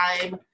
time